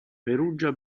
perugia